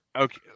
Okay